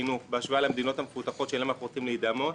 בהשוואה למדינות המפותחות שאליהן אנחנו רוצים להידמות,